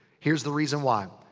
here's the reason why.